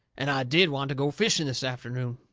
and i did want to go fishing this afternoon.